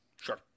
Sure